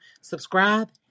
subscribe